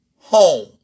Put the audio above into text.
home